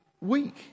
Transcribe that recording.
week